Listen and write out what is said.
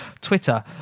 Twitter